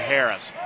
Harris